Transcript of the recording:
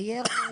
בניירת?